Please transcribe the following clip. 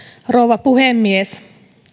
rouva puhemies